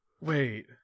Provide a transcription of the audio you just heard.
Wait